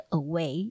away